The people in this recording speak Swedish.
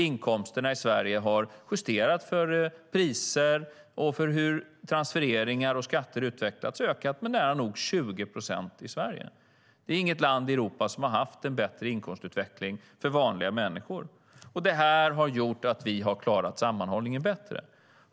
Inkomsterna i Sverige har, justerat för priser och hur transfereringar och skatter har utvecklats, ökat med nära nog 20 procent. Det är inget land i Europa som har haft en bättre inkomstutveckling för vanliga människor. Detta har gjort att vi har klarat sammanhållningen bättre.